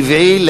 טבעי,